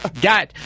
got